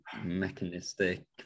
mechanistic